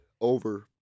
Over